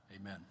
Amen